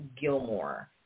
Gilmore